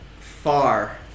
far